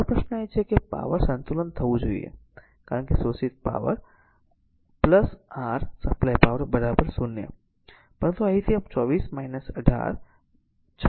મારો પ્રશ્ન એ છે કે પાવર સંતુલન થવું જોઈએ કારણ કે શોષિત પાવર r સપ્લાય પાવર 0 પરંતુ અહીં તે 24 18 6 વોટ છે